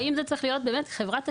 האם זה צריך להיות במאת חברת תשלומים,